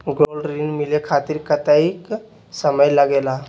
Gold ऋण मिले खातीर कतेइक समय लगेला?